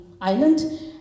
island